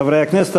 חברי הכנסת,